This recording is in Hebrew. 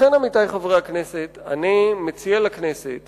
לכן, אני מציע לכנסת